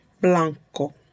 blanco